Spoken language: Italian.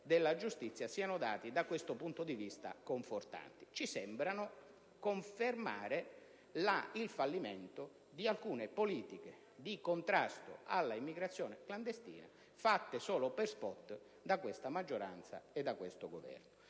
della giustizia siano confortanti. Ci sembrano confermare, infatti, il fallimento di alcune politiche di contrasto all'immigrazione clandestina, fatte solo per spot da questa maggioranza e da questo Governo.